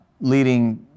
Leading